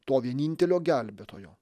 to vienintelio gelbėtojo